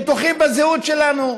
בטוחים בזהות שלנו,